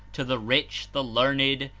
to the rich, the learned,